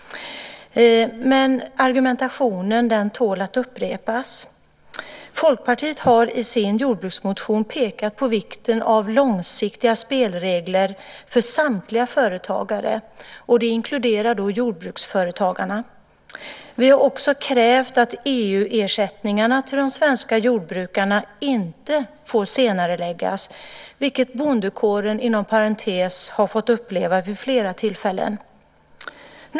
Men argumentationen tål att upprepas. Folkpartiet har i sin jordbruksmotion pekat på vikten av långsiktiga spelregler för samtliga företagare, inklusive jordbruksföretagarna. Vi har också krävt att EU-ersättningarna till de svenska jordbrukarna inte senareläggs - vilket bondekåren har fått uppleva vid flera tillfällen.